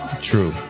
True